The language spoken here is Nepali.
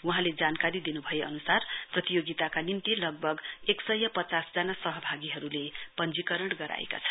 वहाँले जानकारी दिनु भए अनुसार प्रतियोगिताका निम्ति लगभग एकसय पचासजना सहभागीहरूले पञ्जीकरण गराएका छ